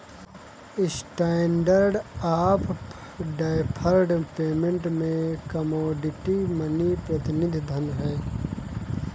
standard of deferred payment में commodity money प्रतिनिधि धन हैं